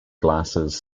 glasses